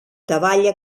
davalla